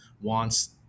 wants